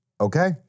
Okay